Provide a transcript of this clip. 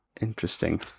interesting